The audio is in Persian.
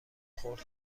خورد